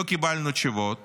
לא קיבלנו תשובות